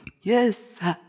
Yes